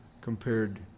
compared